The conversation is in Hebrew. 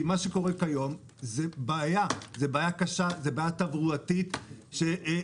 כי מה שקורה היום זאת בעיה תברואתית קשה.